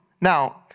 now